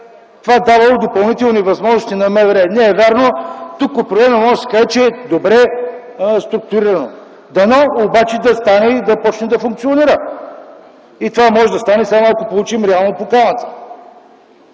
това давало допълнителни възможности на МВР. Не е вярно, тук определено може да се каже, че е добре структурирано. Дано обаче да стане и да започне да функционира. Това може да стане, само ако получим реално поканата.